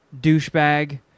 douchebag